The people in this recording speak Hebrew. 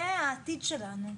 זה העתיד שלנו.